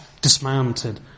dismounted